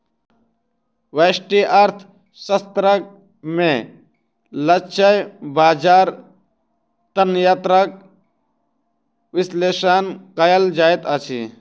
व्यष्टि अर्थशास्त्र में लक्ष्य बजार तंत्रक विश्लेषण कयल जाइत अछि